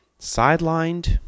sidelined